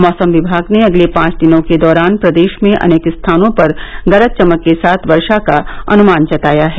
मौसम विभाग ने अगले पांच दिनों के दौरान प्रदेश में अनेक स्थानों पर गरज चमक के साथ वर्षा का अनुमान जताया है